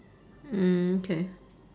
mm K